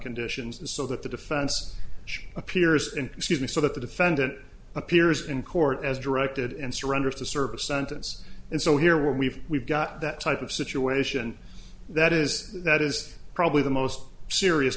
conditions so that the defense appears and excuse me so that the defendant appears in court as directed and surrenders to serve a sentence and so here we've we've got that type of situation that is that is probably the most serious